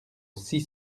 six